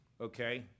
okay